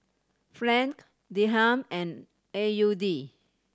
Franc Dirham and A U D